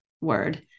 word